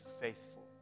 faithful